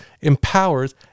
empowers